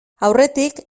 aurretik